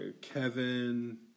Kevin